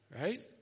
right